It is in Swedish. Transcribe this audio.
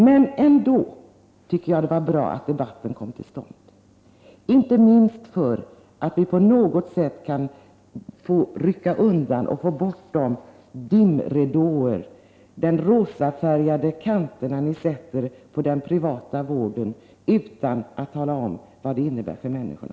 Trots detta tycker jag att det var bra att debatten kom till stånd, inte minst för att vi på något sätt skall få bort de dimridåer, de rosafärgade kanter ni sätter på den privata vården, utan att tala om vad den innebär för människorna.